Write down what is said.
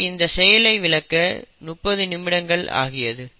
எனக்கு இந்த செயலை விளக்க 30 நிமிடங்கள் ஆகியது